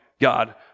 God